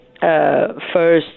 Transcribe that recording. first